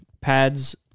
pads